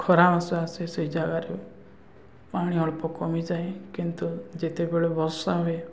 ଖରା ମାସ ଆସେ ସେହି ଜାଗାରୁ ପାଣି ଅଳ୍ପ କମିଯାଏ କିନ୍ତୁ ଯେତେବେଳେ ବର୍ଷା ହୁଏ